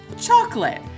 chocolate